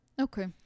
Okay